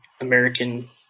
American